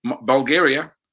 Bulgaria